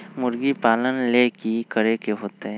मुर्गी पालन ले कि करे के होतै?